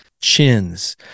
chins